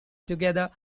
together